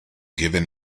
giving